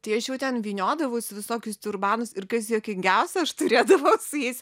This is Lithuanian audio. tai aš jau ten vyniodavausi visokius tiurbanus ir kas juokingiausia aš turėdavau su jais